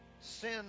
Sin